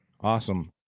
Awesome